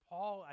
Paul